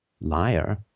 liar